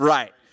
Right